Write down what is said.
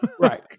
Right